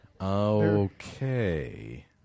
Okay